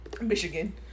Michigan